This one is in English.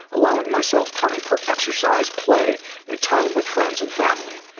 allowing myself time for exercise, play and time with friends and family.